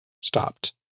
stopped